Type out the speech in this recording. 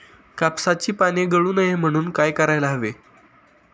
कापसाची पाने गळू नये म्हणून काय करायला हवे?